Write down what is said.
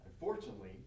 Unfortunately